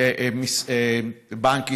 בנק ישראל?